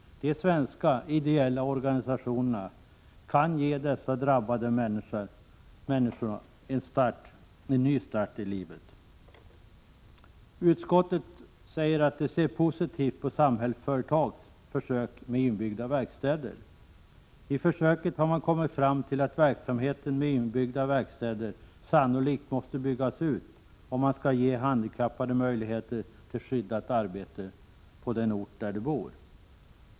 De svenska ideella organisationerna kan ge dessa drabbade människor en ny start i livet. Utskottet ser positivt på Samhällsföretags försök med inbyggda verkstäder. I försöket har man kommit fram till att verksamheten med inbyggda verkstäder sannolikt måste byggas ut, om man skall ge handikappade möjligheter till skyddat arbete på den ort där de bor.